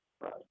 right